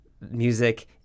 music